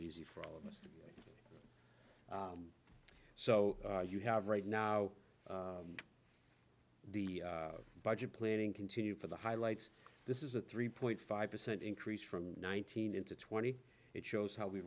it easy for all of us so you have right now the budget planning continue for the highlights this is a three point five percent increase from nineteen into twenty it shows how we